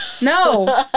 no